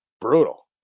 brutal